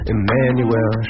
Emmanuel